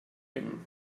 him